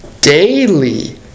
daily